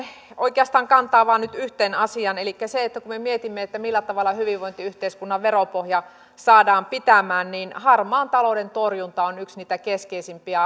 oikeastaan kantaa vain nyt yhteen asiaan kun me mietimme millä tavalla hyvinvointiyhteiskunnan veropohja saadaan pitämään niin harmaan talouden torjunta on yksi niitä keskeisimpiä